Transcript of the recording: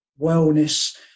wellness